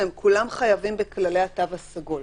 שכולם חייבים בכללי התו הסגול.